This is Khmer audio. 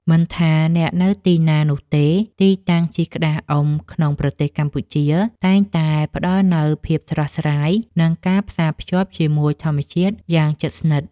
មិនថាអ្នកនៅទីណានោះទេ ទីតាំងជិះក្តារអុំក្នុងប្រទេសកម្ពុជាតែងតែផ្ដល់នូវភាពស្រស់ស្រាយ និងការផ្សារភ្ជាប់ជាមួយធម្មជាតិយ៉ាងជិតស្និទ្ធ។